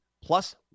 plus